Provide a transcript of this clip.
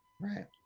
Right